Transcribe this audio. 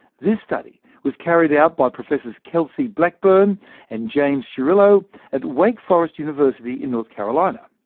this study was carried out by professors kelsey blackburn and james schirillo at wake forest university in north carolina.